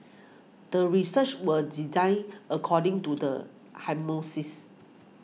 the research was designed according to the hypothesis